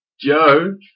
Joe